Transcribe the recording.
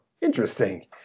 interesting